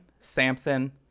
Samson